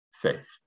faith